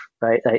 right